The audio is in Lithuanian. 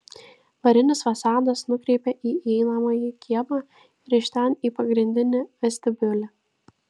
varinis fasadas nukreipia į įeinamąjį kiemą ir iš ten į pagrindinį vestibiulį